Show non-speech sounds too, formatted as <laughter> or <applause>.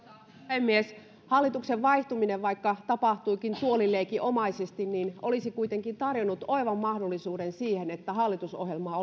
puhemies hallituksen vaihtuminen vaikka tapahtuikin tuolileikin omaisesti olisi kuitenkin tarjonnut oivan mahdollisuuden siihen että hallitusohjelmaa <unintelligible>